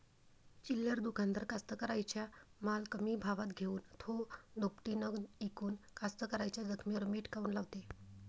चिल्लर दुकानदार कास्तकाराइच्या माल कमी भावात घेऊन थो दुपटीनं इकून कास्तकाराइच्या जखमेवर मीठ काऊन लावते?